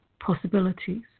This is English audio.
possibilities